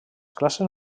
classes